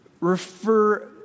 refer